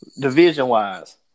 division-wise